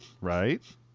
right